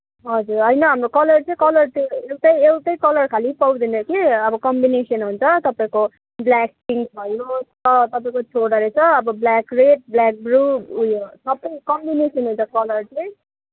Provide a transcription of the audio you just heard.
हजुर होइन हाम्रो कलर चाहिँ कलर एउटै कलर खालि पाउँदैन कि अब कम्बिनेसन हुन्छ तपाईँको ब्ल्याक पिङ्क भयो तपाईँको छोरा रहेछ अब ब्ल्याक रेड ब्ल्याक ब्लु ऊ यो सबै कम्बिनेसन अब कलर चाहिँ